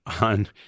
on